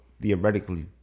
theoretically